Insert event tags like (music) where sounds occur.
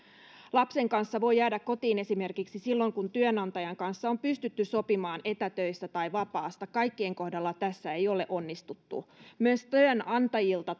lapsen kanssa voi jäädä kotiin esimerkiksi silloin kun työnantajan kanssa on pystytty sopimaan etätöistä tai vapaasta kaikkien kohdalla tässä ei ole onnistuttu myös työnantajilta (unintelligible)